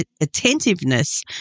attentiveness